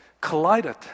collided